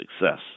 success